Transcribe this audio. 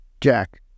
Jack